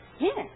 Yes